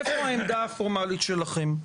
איפה העמדה הפורמלית שלכם.